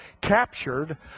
captured